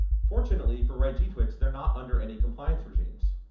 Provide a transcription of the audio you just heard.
fortunately for right g-twix, they're not under any compliance regimes.